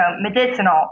medicinal